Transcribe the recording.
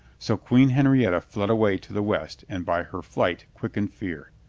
so queen henrietta fled away to the west and by her flight quickened fear.